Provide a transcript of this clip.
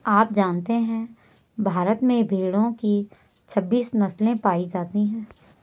आप जानते है भारत में भेड़ो की छब्बीस नस्ले पायी जाती है